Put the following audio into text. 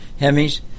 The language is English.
Hemis